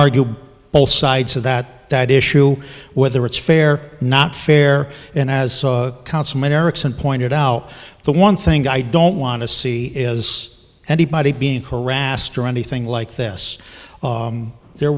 argue all sides of that that issue whether it's fair not fair and as consummate erickson pointed out the one thing i don't want to see is anybody being harassed or anything like this there